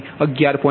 તો Y21એ 11